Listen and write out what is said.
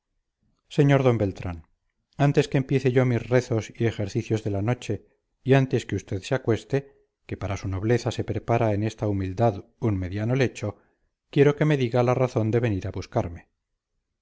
sr d beltrán antes que empiece yo mis rezos y ejercicios de la noche y antes que usted se acueste que para su nobleza se prepara en esta humildad un mediano lecho quiero que me diga la razón de venir a buscarme